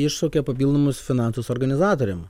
iššaukia papildomus finansus organizatoriam